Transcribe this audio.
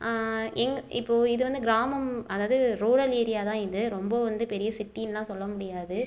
எங்கள் இப்போது இது வந்து கிராமம் அதாவது ரூரல் ஏரியா தான் இது ரொம்ப வந்து பெரிய சிட்டின்னுலாம் சொல்ல முடியாது